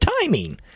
timing